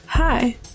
Hi